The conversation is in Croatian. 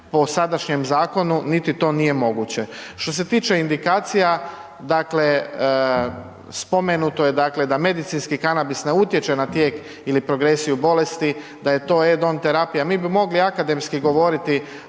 po sadašnjem zakonu niti to nije moguće. Što se tiče indikacija, dakle spomenuto je dakle da medicinski kanabis ne utječe na tijek ili progresiju bolesti, da je to edon terapija, mi bi mogli akademski govoriti